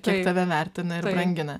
kiek tave vertina ir brangina